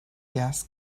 gas